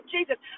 Jesus